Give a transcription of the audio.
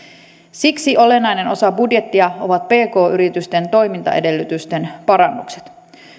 siksi olennainen osa budjettia ovat pk yritysten toimintaedellytysten parannukset